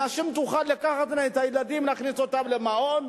נשים תוכלנה לקחת את הילדים ולהכניס אותם למעון.